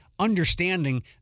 understanding